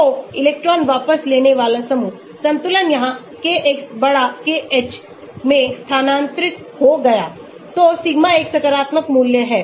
तो इलेक्ट्रॉन वापस लेने वाला समूह संतुलन यहां Kx KH में स्थानांतरित हो गयातो सिग्मा एक सकारात्मक मूल्य है